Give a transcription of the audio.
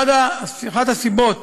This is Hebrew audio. אחת הסיבות